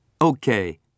Okay